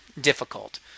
difficult